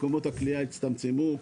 מקומות הכליאה הצטמצמו.